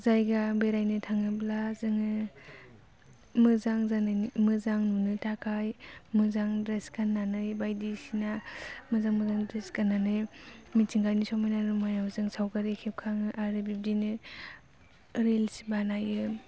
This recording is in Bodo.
जायगा बेरायनो थाङोब्ला जोङो मोजां जानायनि मोजां नुनो थाखाय मोजां ड्रेस गाननानै बायदिसिना मोजां मोजां ड्रेस गाननानै मिथिंगानि समायना रमायनायाव जों सावगारि खेबखाङो आरो बिब्दिनो रिल्स बानायो